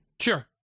sure